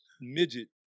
midget